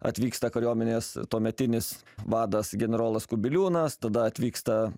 atvyksta kariuomenės tuometinis vadas generolas kubiliūnas tada atvyksta